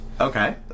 Okay